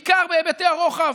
בעיקר בהיבטי הרוחב,